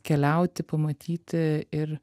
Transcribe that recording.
keliauti pamatyti ir